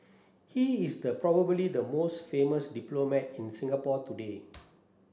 he is the probably the most famous diplomat in Singapore today